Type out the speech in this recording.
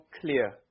clear